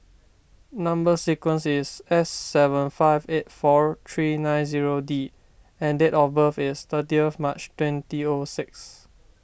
Number Sequence is S seven five eight four three nine zero D and date of birth is thirty March twenty O six